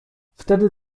wtedy